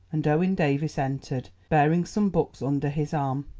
and owen davies entered, bearing some books under his arm.